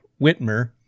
Whitmer